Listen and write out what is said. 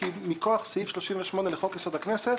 כי מכוח סעיף 38 לחוק-יסוד הכנסת,